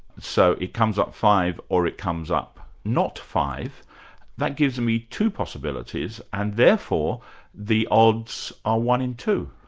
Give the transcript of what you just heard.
so it comes up five or it comes up not five that gives me two possibilities, and therefore the odds are one in two.